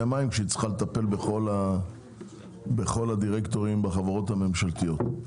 המים כשהיא צריכה לטפל בכל הדירקטורים בחברות הממשלתיות.